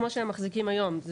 כמו שהם מחזיקים היום.